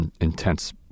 intense